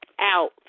out